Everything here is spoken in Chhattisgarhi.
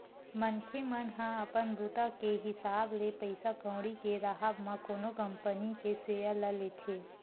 मनखे मन ह अपन बूता के हिसाब ले पइसा कउड़ी के राहब म कोनो कंपनी के सेयर ल लेथे